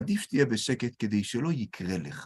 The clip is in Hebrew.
עדיף תהיה בשקט כדי שלא יקרה לך.